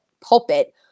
pulpit